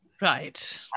Right